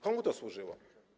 Komu to służyło?